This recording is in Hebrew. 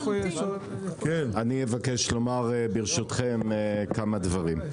אני אבקש לומר, ברשותכם, כמה דברים.